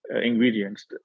ingredients